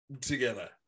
together